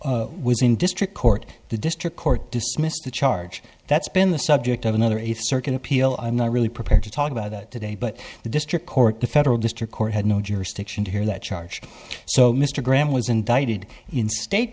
was in district court the district court dismissed the charge that's been the subject of another eighth circuit appeal i'm not really prepared to talk about today but the district court the federal district court had no jurisdiction to hear that charge so mr graham was indicted in state